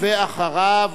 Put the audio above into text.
ואחריו,